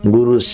Guru